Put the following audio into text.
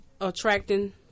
attracting